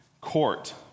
court